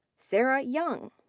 sara young.